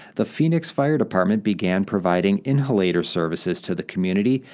the phoenix fire department began providing inhalator services to the community,